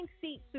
seat